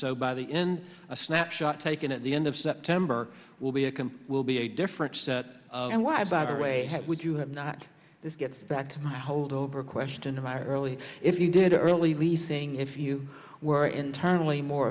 so by the end a snapshot taken at the end of september will be a can will be a different set of why by the way would you have not this gets back to my holdover question in my early if you did early leasing if you were internally more